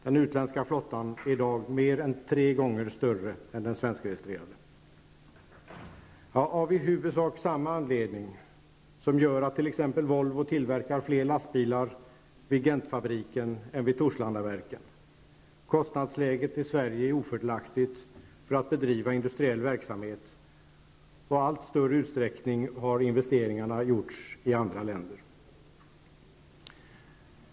Den utländska svenskägda flottan är i dag mer än tre gånger större än den svenskregistrerade. Det är av i huvudsak samma anledning som t.ex. Volvo tillverkar fler lastbilar i fabriken i Gent än vid Torslandaverken. Kostnadsläget i Sverige är ofördelaktigt när det gäller att bedriva industriell verksamhet, och i allt större utsträckning har investeringarna gjorts i andra länder.